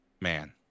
man